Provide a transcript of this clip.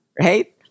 Right